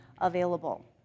available